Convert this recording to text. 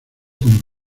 con